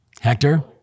Hector